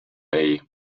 bay